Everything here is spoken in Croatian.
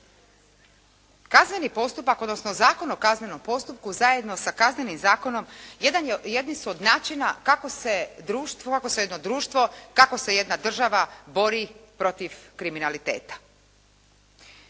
Kazneni postupak odnosno Zakon o kaznenom postupku zajedno sa Kaznenim zakonom jedan je, jedni su od načina kako se društvo, kako je jedno društvo, kako se jedna država bori protiv kriminalitete.